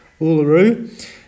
Uluru